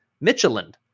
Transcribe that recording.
Michelin